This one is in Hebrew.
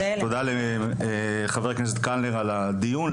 תודה לחבר הכנסת קלנר על הדיון,